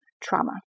trauma